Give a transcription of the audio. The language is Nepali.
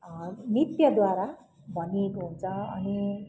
नृत्यद्वारा भनिएको हुन्छ अनि